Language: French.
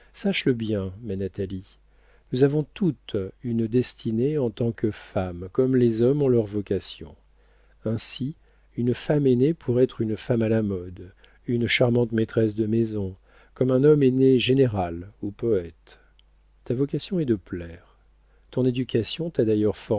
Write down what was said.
sympathie sache-le bien ma natalie nous avons toutes une destinée en tant que femmes comme les hommes ont leur vocation ainsi une femme est née pour être une femme à la mode une charmante maîtresse de maison comme un homme est né général ou poète ta vocation est de plaire ton éducation t'a